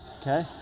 Okay